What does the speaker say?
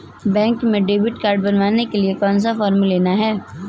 Bank में debit card बनवाने के लिए कौन सा फॉर्म लेना है?